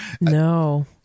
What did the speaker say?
no